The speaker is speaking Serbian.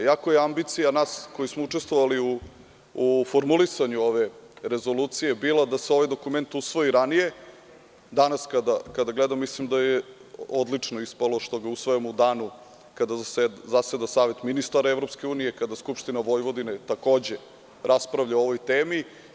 Iako je ambicija nas koji smo učestvovali u formulisanju ove rezolucije bila da se ovaj dokument usvoji ranije, danas kada gledam, mislim da je odlično ispalo što ga usvajamo u danu kada zaseda Savet ministara EU, kada Skupština Vojvodine takođe raspravlja o ovoj temi.